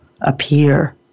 appear